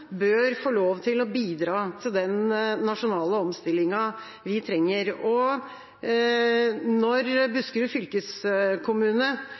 bør få lov til å bidra til den nasjonale omstillingen vi trenger. Når